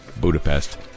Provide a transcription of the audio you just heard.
Budapest